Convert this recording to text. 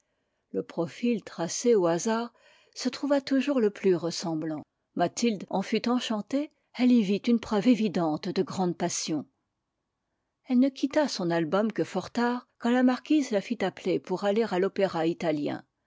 le profil tracé au hasard se trouva toujours le plus ressemblant mathilde en fut enchantée elle y vit une preuve évidente de grande passion elle ne quitta son album que fort tard quand la marquise la fit appeler pour aller à l'opéra italien